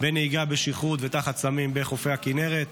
בנהיגה בשכרות ותחת סמים בחופי הכינרת,